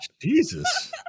jesus